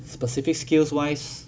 specific skills wise